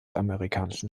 amerikanischen